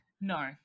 No